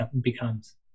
becomes